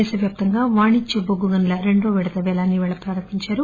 దేశవ్భాప్తంగా వాణిజ్య బొగ్గు గనుల రెండో విడత పేలాన్ని ఈరోజు ప్రారంభించారు